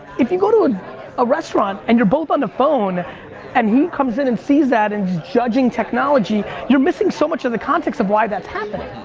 if you go to a restaurant and you're both on the phone and he comes in and sees that and he's judging technology, you're missing so much of the context of why that's happened.